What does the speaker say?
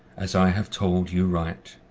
as i have told you right.